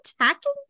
attacking